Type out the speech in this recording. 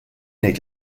ngħid